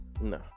No